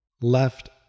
Left